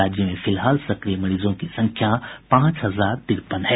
राज्य में फिलहाल सक्रिय मरीजों की संख्या पांच हजार तिरपन है